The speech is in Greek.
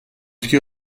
βγει